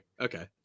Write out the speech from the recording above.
Okay